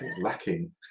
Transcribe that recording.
lacking